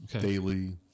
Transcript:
daily